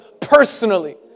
personally